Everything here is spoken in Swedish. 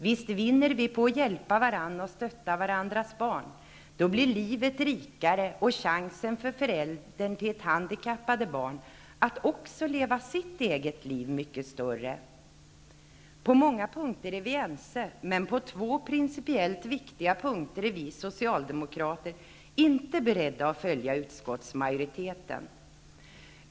Visst vinner vi på att hjälpa varandra och stötta varandras barn. Då blir livet rikare och chanserna för föräldern till ett handikappat barn att också leva sitt eget liv mycket större. På många punkter är vi ense, men på två principiellt viktiga punkter är vi socialdemokrater inte beredda att följa utskottsmajoriteten.